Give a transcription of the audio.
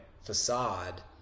facade